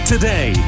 Today